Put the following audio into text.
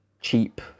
cheap